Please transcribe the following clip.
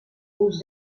ulls